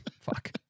Fuck